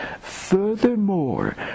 furthermore